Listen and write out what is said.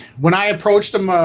when i approached him, ah,